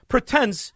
Pretends